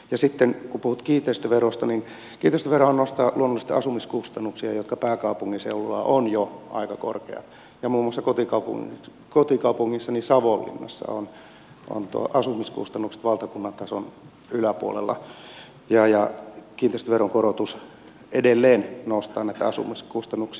ja kun puhutte kiinteistöverosta niin kiinteistöverohan nostaa luonnollisesti asumiskustannuksia jotka pääkaupunkiseudulla ovat jo aika korkeat ja muun muassa kotikaupungissani savonlinnassa ovat asumiskustannukset valtakunnan tason yläpuolella ja kiinteistöveron korotus edelleen nostaa näitä asumiskustannuksia